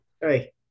Hey